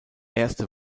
erste